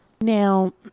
Now